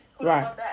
Right